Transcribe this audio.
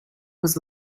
was